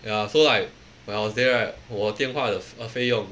ya so like when I was there right 我电话的费用